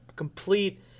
complete